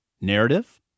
narrative